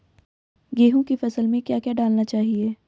गेहूँ की फसल में क्या क्या डालना चाहिए?